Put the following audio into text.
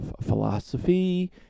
philosophy